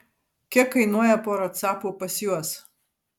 kiek kainuoja pora capų pas juos